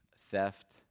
theft